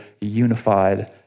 unified